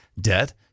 debt